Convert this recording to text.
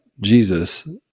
Jesus